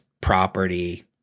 property